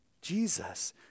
Jesus